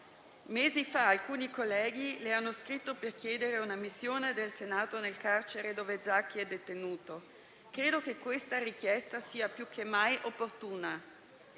Mesi fa alcuni colleghi le hanno scritto per chiedere una missione del Senato nel carcere dove Zaki è detenuto. Credo che questa richiesta sia più che mai opportuna.